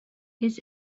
his